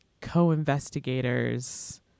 co-investigators